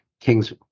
Kings